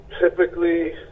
typically